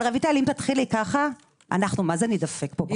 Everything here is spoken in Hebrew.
אבל רויטל, אם תתחילי ככה, אנחנו מה זה נידפק פה.